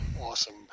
awesome